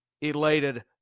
elated